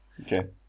Okay